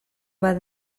bat